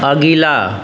अगिला